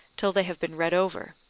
till they have been read over.